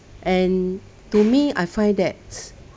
and to me I find that